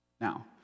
Now